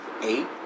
Eight